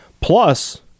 Plus